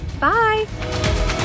Bye